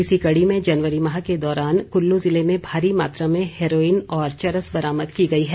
इसी कड़ी में जनवरी माह के दौरान कुल्लू जिलें में भारी मात्रा में हेरोइन और चरस बरामद की गई है